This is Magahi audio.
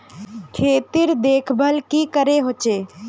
खेतीर देखभल की करे होचे?